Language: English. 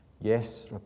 Yes